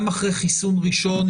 גם אחרי חיסון ראשון,